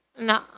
No